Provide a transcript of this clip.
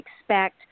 expect